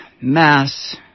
mass